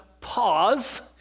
pause